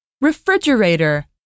refrigerator